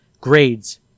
grades